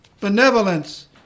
benevolence